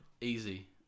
easy